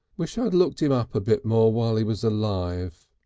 wish i'd looked him up a bit more while he was alive,